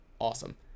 Awesome